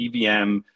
EVM